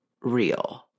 real